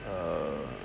err